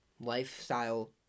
lifestyle